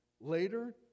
Later